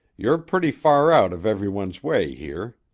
you're pretty far out of every one's way here.